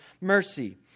mercy